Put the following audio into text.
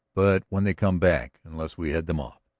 but, when they come back. unless we head them off.